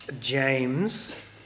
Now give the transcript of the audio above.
James